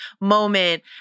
moment